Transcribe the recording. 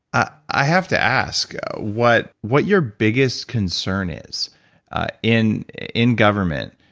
ah i have to ask what what your biggest concern is in in government.